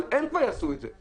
אבל הם כבר יעשו את זה,